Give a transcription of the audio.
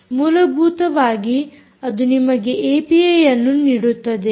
ಮೂಲಭೂತವಾಗಿ ಅದು ನಿಮಗೆ ಏಪಿಐಯನ್ನು ನೀಡುತ್ತದೆ